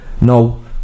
no